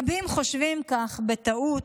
רבים חושבים כך בטעות,